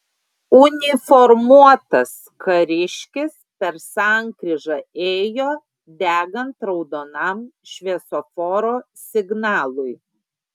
uniformuotas kariškis per sankryžą ėjo degant raudonam šviesoforo signalui